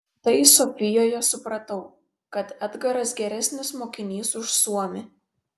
tai sofijoje supratau kad edgaras geresnis mokinys už suomį